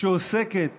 שעוסקת